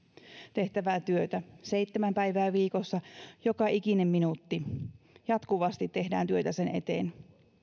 tehtävää työtä seitsemän päivää viikossa joka ikinen minuutti jatkuvasti tehdään työtä sen eteen